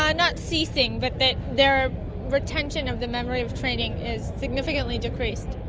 not not ceasing but that their retention of the memory of training is significantly decreased.